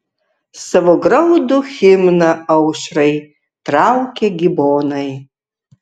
savo graudų himną aušrai traukia gibonai